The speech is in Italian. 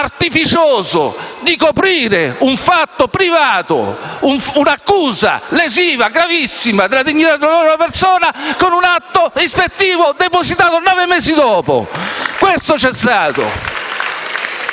artificioso di coprire un fatto privato, un'accusa lesiva gravissima della dignità e dell'onore di una persona con un atto ispettivo depositato nove mesi dopo. *(Applausi dal